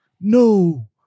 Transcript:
No